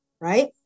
right